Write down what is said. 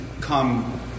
come